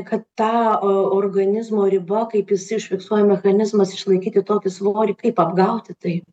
kad ta organizmo riba kaip jisai užfiksuoja mechanizmas išlaikyti tokį svorį kaip apgauti tai